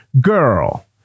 girl